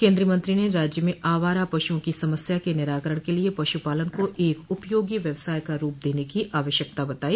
केन्द्रीय मंत्री ने राज्य में आवारा पशुओं की समस्या के निराकरण के लिये पशुपालन को एक उपयोगी व्यवसाय का रूप देने की आवश्यकता बताई